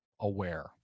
aware